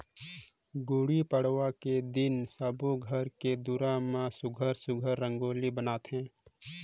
गुड़ी पड़वा के दिन सब्बो घर के दुवार म सुग्घर सुघ्घर रंगोली बनाथे